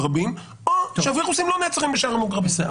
הווירוסים נעצרים בשער המוגרבים,